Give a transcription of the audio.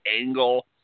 angle